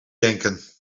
denken